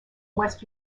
west